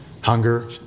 hunger